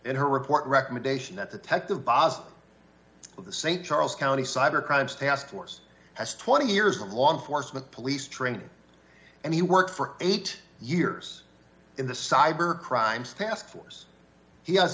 in her report recommendation that the tech the boss of the st charles county cyber crimes task force has twenty years of law enforcement police training and he worked for eight years in the cyber crimes task force he has